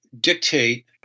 dictate